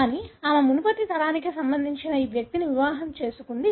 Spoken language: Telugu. కానీ ఆమె మునుపటి తరానికి సంబంధించిన ఈ వ్యక్తిని వివాహం చేసుకుంది